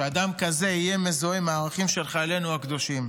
שאדם כזה יהיה מזוהה עם הערכים של חיילינו הקדושים.